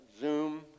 Zoom